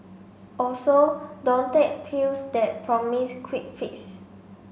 also don't take pills that promise quick fix